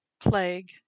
plague